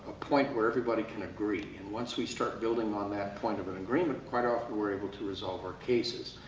point where everybody can agree. and once we start building on that point of an agreement, quite often we're able to resolve our cases.